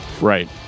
Right